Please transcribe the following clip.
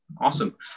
Awesome